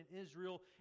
Israel